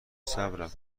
صبرم